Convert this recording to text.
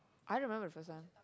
I remember first one